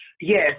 yes